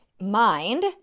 Mind